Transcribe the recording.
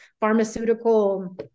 pharmaceutical